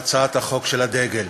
על הצעת החוק של הדגל.